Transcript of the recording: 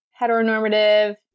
heteronormative